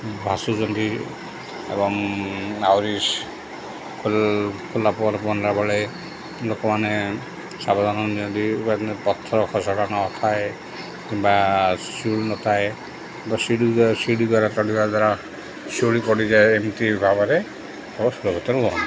ଭାସୁଛନ୍ତି ଏବଂ ଆହୁରି ଖୋଲା ପାଣିରେ ପହଁରିଲାବେଳେ ଲୋକମାନେ ସାବଧାନ ନିିଅନ୍ତି ପଥର ଖସଡ଼ା ନଥାଏ କିମ୍ବା ଶିଉଳି ନଥାଏ ବା ଶିଉଳି ଶିଉଳି ଦ୍ୱାରା ଚଢ଼ିବା ଦ୍ୱାରା ଶିଉଳି ପଡ଼ିଯାଏ ଏମିତି ଭାବରେ ଓ ସୁରକ୍ଷତ ରୁହନ୍ତି